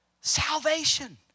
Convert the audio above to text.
Salvation